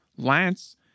Lance